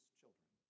children